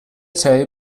چایی